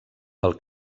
pel